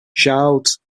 shout